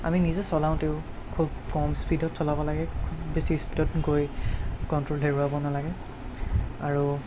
আমি নিজে চলাওতেও খুব কম স্পীডত চলাব লাগে বেছি স্পীডত গৈ কন্ট্ৰল হেৰুৱাব নালাগে আৰু